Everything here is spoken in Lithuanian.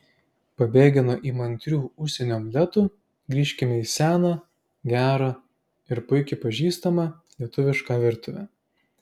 pabėgę nuo įmantrių užsienio omletų grįžkime į seną gerą ir puikiai pažįstamą lietuvišką virtuvę